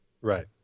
Right